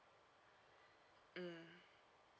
mm